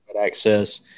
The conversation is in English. Access